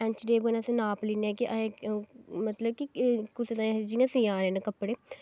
ऐंची tape कन्नै अस नाप लेई लैगे मतलब कि कुसै ताईं सीने न कपड़े